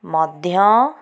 ମଧ୍ୟ